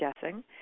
guessing